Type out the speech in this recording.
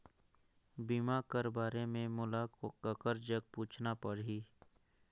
बीमा कर बारे मे मोला ककर जग पूछना परही?